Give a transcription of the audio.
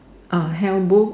a hell book